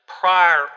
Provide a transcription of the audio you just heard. prior